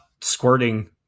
squirting